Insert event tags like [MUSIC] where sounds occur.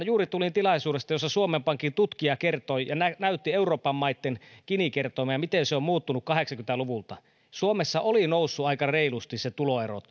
[UNINTELLIGIBLE] juuri tulin tilaisuudesta jossa suomen pankin tutkija kertoi ja näytti euroopan maitten gini kertoimen ja sen miten se on muuttunut kahdeksankymmentä luvulta suomessa olivat nousseet aika reilusti ne tuloerot [UNINTELLIGIBLE]